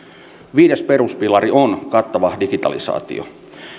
viides peruspilari on kattava digitalisaatio